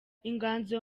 inganzo